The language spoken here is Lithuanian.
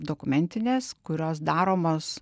dokumentinės kurios daromos